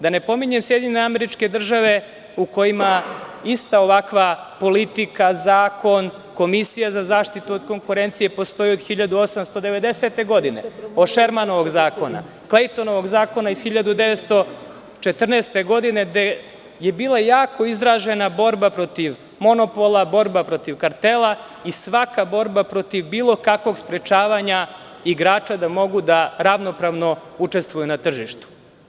Da ne pominjem SAD u kojima ista ovakva politika, zakon, Komisija za zaštitu od konkurencije postoji od 1890. godine, o Šermanovog zakona, Klejtonovog zakona iz 1914. godine gde je bila jako izražena borba protiv monopola, borba protiv kartela i svaka borba protiv bilo kakvog sprečavanja igrača da mogu da ravnopravno učestvuju na tržištu.